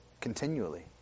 continually